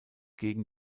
gegen